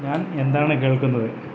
ഞാൻ എന്താണ് കേൾക്കുന്നത്